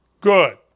good